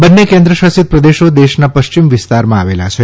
બંને કેન્દ્રશાસિત પ્રદેશો દેશના પશ્ચિમ વિસ્તારમાં આવેલા છે